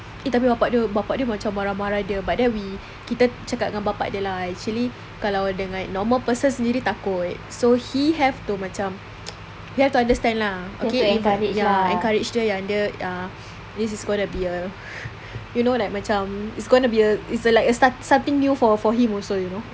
tapi bapa dia bapa dia macam marah marah dia but then we kita cakap dengan bapa dia lah actually kalau the like normal person sendiri takut so he have to macam he have to understand lah okay encourage dia yang dia uh this is gonna be a you know macam it's gonna be a it's like some~ something new for him also you know